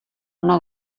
una